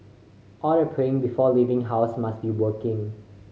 all the praying before leaving house must be working